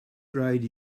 raid